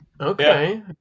Okay